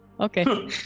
Okay